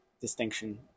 distinction